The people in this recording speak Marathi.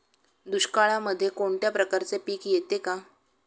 दुष्काळामध्ये कोणत्या प्रकारचे पीक येते का?